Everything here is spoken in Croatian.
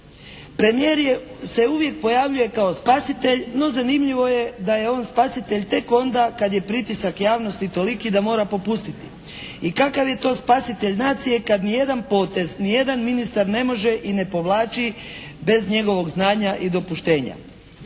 Premijer je, se uvijek pojavljuje kao spasitelj no zanimljivo je da je on spasitelj tek onda kad je pritisak javnosti toliki da mora popustiti. I kakav je to spasitelj nacije kad ni jedan potez, ni jedan ministar ne može i ne povlači bez njegovog znanja i dopuštenja?